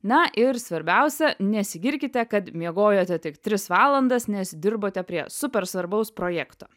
na ir svarbiausia nesigirkite kad miegojote tik tris valandas nes dirbote prie super svarbaus projekto